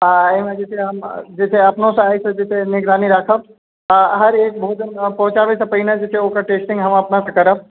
आ एहिमे जे छै से हम अपनो साइडसे निगरानी राखब आ हर एक भोजन पहुँचाबै से पहिने जे छै से ओकर टेस्टिंग हम अपने से करब